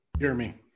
Jeremy